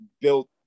built